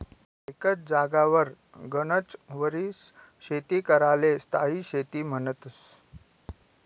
एकच जागावर गनच वरीस शेती कराले स्थायी शेती म्हन्तस